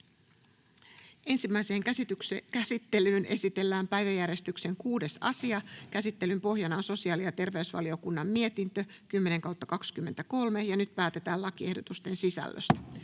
Ensimmäiseen käsittelyyn esitellään päiväjärjestyksen 4. asia. Käsittelyn pohjana on valtiovarainvaliokunnan mietintö VaVM 6/2023 vp. Nyt päätetään lakiehdotuksen sisällöstä.